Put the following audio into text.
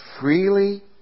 freely